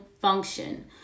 function